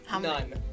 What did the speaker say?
none